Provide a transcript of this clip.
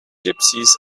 gypsies